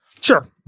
Sure